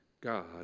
God